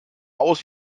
aus